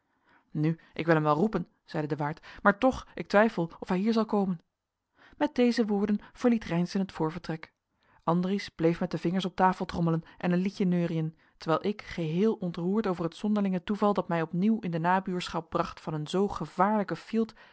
nu ik wil hem wel roepen zeide de waard maar toch ik twijfel of hij hier zal komen met deze woorden verliet reynszen het voorvertrek andries bleef met de vingers op tafel trommelen en een liedje neuriën terwijl ik geheel ontroerd over het zonderlinge toeval dat mij opnieuw in de nabuurschap bracht van een zoo gevaarlijken fielt